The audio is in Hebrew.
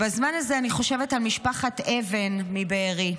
בזמן הזה אני חושבת על משפחת אבן מבארי,